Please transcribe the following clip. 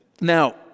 Now